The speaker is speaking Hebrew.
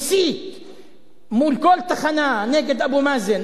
מסית מול כל תחנה נגד אבו מאזן,